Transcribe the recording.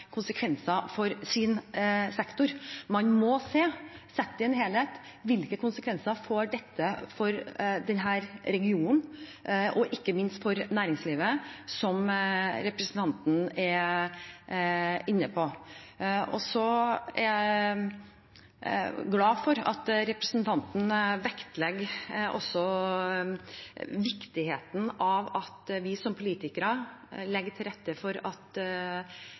for i sin sektor. Man må se det i en helhet, hvilke konsekvenser det får for regionen og ikke minst for næringslivet, som representanten er inne på. Jeg er glad for at representanten vektlegger viktigheten av at vi som politikere legger til rette for at